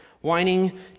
Whining